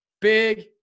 big